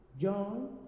John